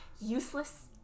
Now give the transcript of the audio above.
Useless